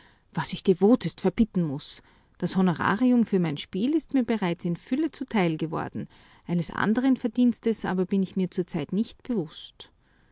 was ich devotest verbitten muß das honorarium für mein spiel ist mir bereits in fülle zuteil geworden eines andern verdienstes aber bin ich mir zur zeit nicht bewußt